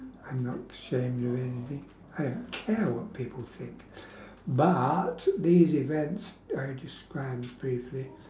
I'm not ashamed of anything I don't care what people think but these events I described briefly